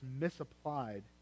misapplied